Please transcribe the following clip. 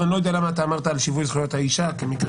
אני לא יודע למה אמרת על שיווי זכויות האישה כמקרה